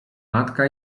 matka